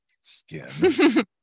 skin